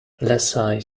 lasalle